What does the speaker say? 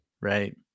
right